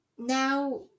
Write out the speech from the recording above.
Now